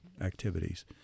activities